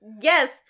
yes